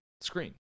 screen